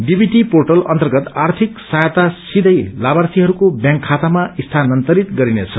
DBT portal अन्तर्गत आर्थिक सङ्गयता सोब्रै लाभार्यौको ब्यांक खातामा स्थानान्तरित गरिनेछ